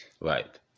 Right